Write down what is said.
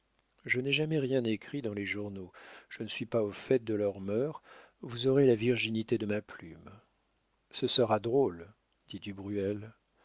je n'ai jamais rien écrit dans les journaux je ne suis pas au fait de leurs mœurs vous aurez la virginité de ma plume ce sera drôle dit